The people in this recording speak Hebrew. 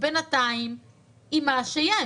בינתיים עם מה שיש.